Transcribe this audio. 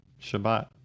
Shabbat